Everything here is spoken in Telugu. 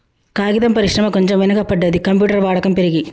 కాగితం పరిశ్రమ కొంచెం వెనక పడ్డది, కంప్యూటర్ వాడకం పెరిగి